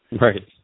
right